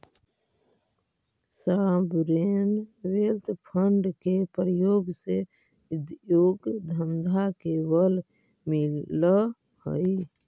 sovereign wealth fund के प्रयोग से उद्योग धंधा के बल मिलऽ हई